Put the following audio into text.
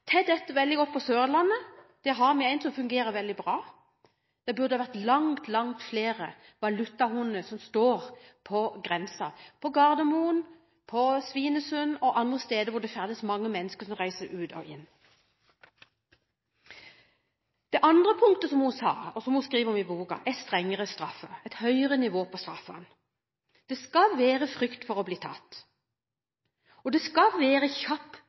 til dette veldig godt på Sørlandet. Der har vi en som fungerer veldig bra. Det burde ha vært langt, langt flere valutahunder som står på grensen – på Gardermoen, på Svinesund og andre steder hvor det er mange mennesker som reiser ut og inn. Det andre punktet som hun skriver om i boken, er strengere straffer – et høyere nivå på straffene. Det skal være frykt for å bli tatt, og det skal være kjapp